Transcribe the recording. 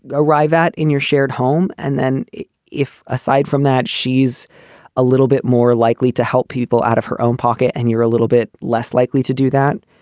arrive at in your shared home. and then if aside from that, she's a little bit more likely to help people out of her own pocket and you're a little bit less likely to do that.